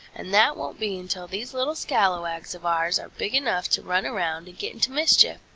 and that won't be until these little scallawags of ours are big enough to run around and get into mischief.